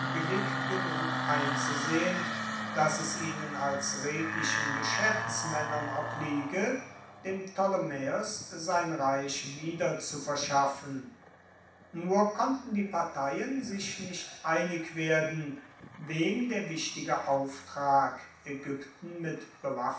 billig genug einzusehen daß es ihnen als redlichen geschäftsmännern obliege dem ptolemaeos sein reich wiederzuverschaffen nur konnten die parteien sich nicht einig werden wem der wichtige auftrag ägypten